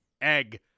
egg